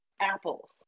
apples